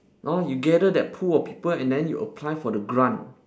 orh you gather that pool of people and then you apply for the grant